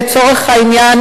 לצורך העניין,